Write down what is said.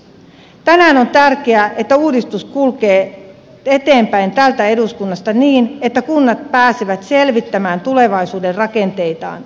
tänään on tärkeää että uudistus kulkee eteenpäin täältä eduskunnasta niin että kunnat pääsevät selvittämään tulevaisuuden rakenteitaan